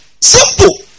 Simple